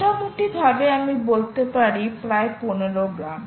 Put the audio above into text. মোটামুটিভাবে আমি বলতে পারি প্রায় 15 গ্রাম